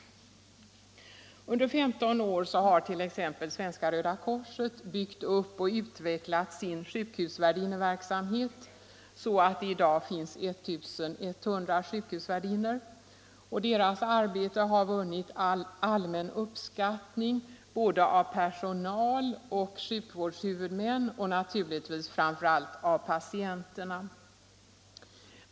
É 89 Under 15 år har t.ex. Svenska röda korset byggt upp och utvecklat sin sjukhusvärdinneverksamhet så att det i dag finns 1 100 sjukhusvärdinnor. Deras arbete har vunnit allmän uppskattning både av personal och av sjukvårdshuvudmän och naturligtvis framför allt av patienterna.